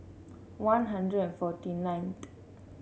One Hundred and forty nine